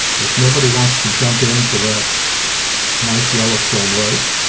if nobody wants to jump in to that nice yellowstone lake,